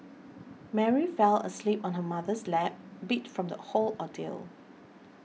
Mary fell asleep on her mother's lap beat from the whole ordeal